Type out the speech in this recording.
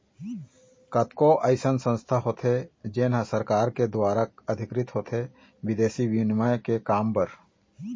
कतको अइसन संस्था होथे जेन ह सरकार के दुवार अधिकृत होथे बिदेसी बिनिमय के काम बर